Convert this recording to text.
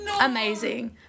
amazing